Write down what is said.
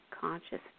consciousness